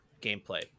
gameplay